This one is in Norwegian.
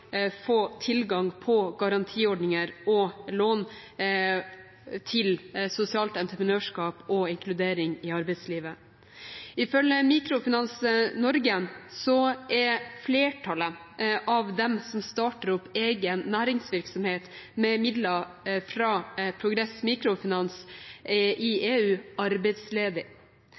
få tilgang på garantiordninger og lån til sosialt entreprenørskap og inkludering i arbeidslivet. Ifølge Mikrofinans Norge er flertallet av dem som starter opp egen næringsvirksomhet med midler fra Progress Microfinance i